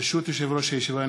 ברשות יושב-ראש הישיבה,